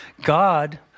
God